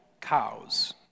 cows